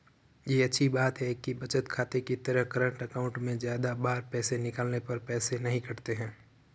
ये अच्छी बात है कि बचत खाते की तरह करंट अकाउंट में ज्यादा बार पैसे निकालने पर पैसे नही कटते है